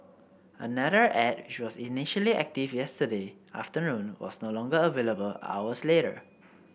another ad which was initially active yesterday afternoon was no longer available hours later